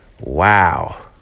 wow